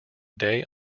day